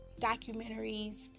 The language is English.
documentaries